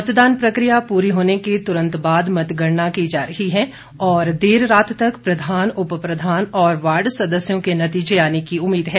मतदान प्रक्रिया प्ररी होने के तुरंत बाद मतगणना की जा रही है और देर रात तक प्रधान उपप्रधान और वार्ड सदस्यों के नतीजे आने की उम्मीद है